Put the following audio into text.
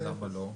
למה לא?